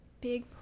big